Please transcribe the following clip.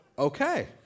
okay